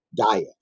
diet